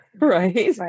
Right